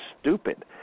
stupid